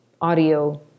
audio